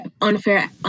unfair